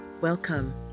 Welcome